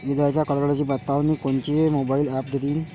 इजाइच्या कडकडाटाची बतावनी कोनचे मोबाईल ॲप देईन?